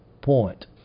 point